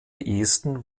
esten